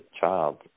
child